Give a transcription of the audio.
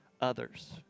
others